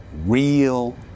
real